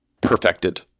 perfected